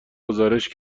گزارش